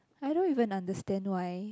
I don't even understand why